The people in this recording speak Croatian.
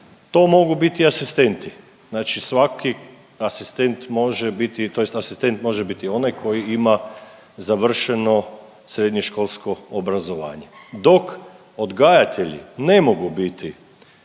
to mogu biti asistenti, znači svaki asistent može biti tj. asistent može biti onaj koji ima završeno srednjoškolsko obrazovanje, dok odgajatelji ne mogu biti